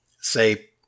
say